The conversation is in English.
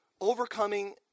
Overcoming